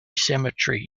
cemetery